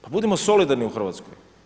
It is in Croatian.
Pa budimo solidarni u Hrvatskoj.